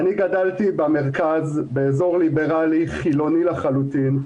גדלתי במרכז, באזור ליברלי חילוני לחלוטין.